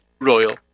Royal